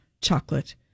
chocolate